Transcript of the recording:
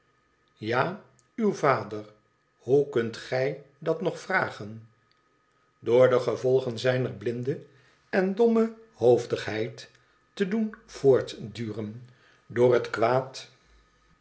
ja uw vader hoe kunt gij dat nog vragen door de gevolgen zijner blinde en domme hoofdigheid te doen voortduren door het kwaad